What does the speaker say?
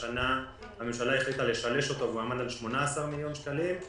השנה הממשלה החליטה לשלש אותו ועמד על 18 מיליון שקלים.